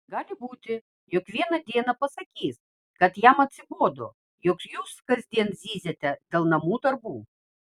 gali būti jog vieną dieną pasakys kad jam atsibodo jog jūs kasdien zyziate dėl namų darbų